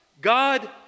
God